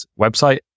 website